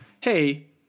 Hey